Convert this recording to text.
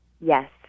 Yes